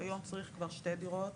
היום צריך כבר שתי דירות,